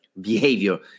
behavior